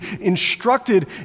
instructed